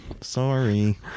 Sorry